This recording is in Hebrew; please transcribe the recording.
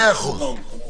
מאה אחוז.